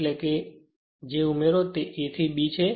એટલે કે ઉમેરો જે માટે A થી B છે